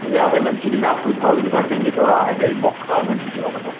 भैया अगर लग्जरी में आप टू थाउजेन कर देंगे तो आई विल बुक लग्जरी वाला वो